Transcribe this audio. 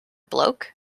bloke